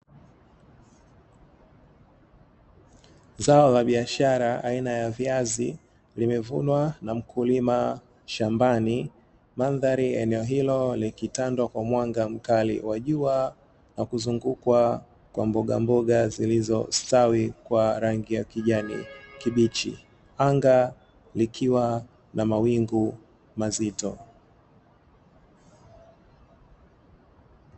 Zao ka biashara aina ya viazi limevunwa na mkulima shambani, mandhari ya eneo hilo likitandwa na mwanga mkali wa jua na kuzungukwa kwa mboga mmboga zilizostawi na kwa rangi ya kijani kibichi anga likiwa mawingu nzito.